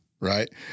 right